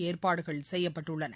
ஏற்பாடுகள் செய்யப்பட்டுள்ளன